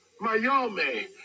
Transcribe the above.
miami